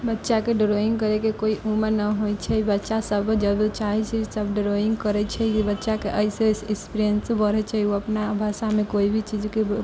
बच्चाके ड्रॉइंग करयके कोइ उम्र नहि होइ छै बच्चासभ जब चाहै छै सभ ड्रॉइंग करै छै जे बच्चाके एहिसँ सप्रेयिंस बढ़ै छै ओ अपन भाषामे कोइ भी चीजके